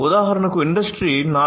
ఉదాహరణకు ఇండస్ట్రీ 4